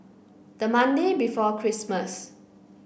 the Monday before Christmas